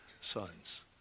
sons